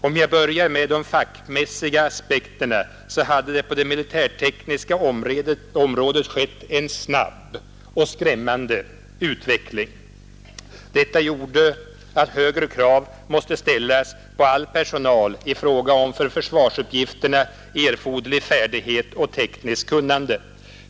Om jag börjar med de fackmässiga aspekterna så hade det på det militärtekniska området skett en snabb och skrämmande utveckling. Detta gjorde att högre krav måste ställas på all personal i fråga om för försvarsuppgifterna erforderlig färdighet och tekniskt kunnande.